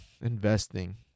Investing